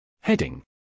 Heading